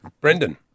Brendan